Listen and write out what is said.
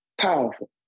powerful